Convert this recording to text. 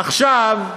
עכשיו,